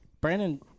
Brandon